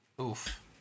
Oof